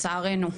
לצערנו.